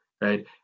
right